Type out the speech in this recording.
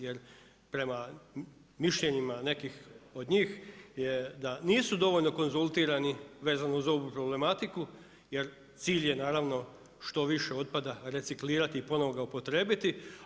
Jer prema mišljenjima nekih od njih je da nisu dovoljno konzultirani vezano uz ovu problematiku, jer cilj je naravno što više otpada reciklirati i ponovno ga upotrijebiti.